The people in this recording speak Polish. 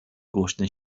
głośny